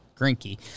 Grinky